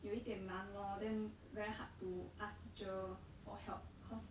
有一点难 lor then very hard to ask teacher for help cause